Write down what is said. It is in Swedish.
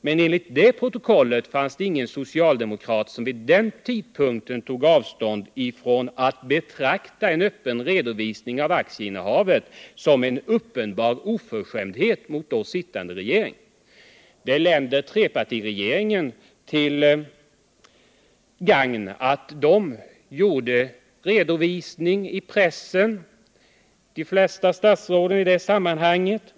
Men enligt protokollet från den debatten fanns det ingen socialdemokrat som vid den tidpunkten tog avstånd från att betrakta kravet på en öppen redovisning av aktieinnehav som en ”uppenbar oförskämdhet” mot då sittande regering. Det länder trepartiregeringen till gagn att de flesta statsråden i pressen gjorde en redovisning av aktieinnehavet.